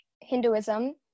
Hinduism